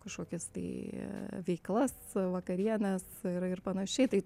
kažkokias tai veiklas vakarienes ir ir panašiai tai